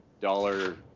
dollar